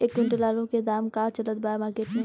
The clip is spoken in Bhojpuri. एक क्विंटल आलू के का दाम चलत बा मार्केट मे?